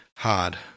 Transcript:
hard